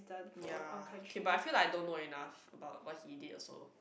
ya okay but I feel like I don't know enough about what he did also